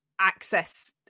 access